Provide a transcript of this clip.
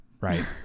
right